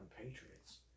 Patriots